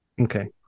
Okay